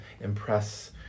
impress